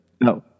no